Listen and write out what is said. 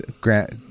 grant